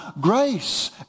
grace